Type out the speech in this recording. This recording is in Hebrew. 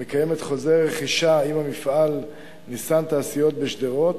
המקיימת חוזה רכישה עם המפעל "ניסן תעשיות" בשדרות,